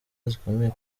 zikomeye